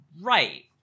Right